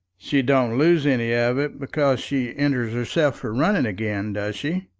she don't lose any of it because she enters herself for running again, does she?